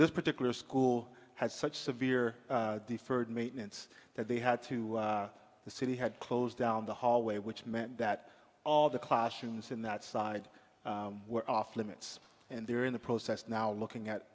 this particular school had such severe deferred maintenance that they had to the city had closed down the hallway which meant that all the classrooms in that side were off limits and they're in the process now looking at